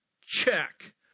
check